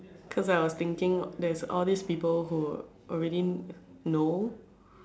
cause I was thinking there's all these people who already know